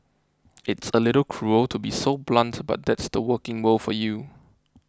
it's a little cruel to be so blunt but that's the working world for you